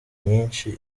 nyinshi